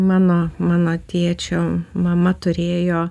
mano mano tėčio mama turėjo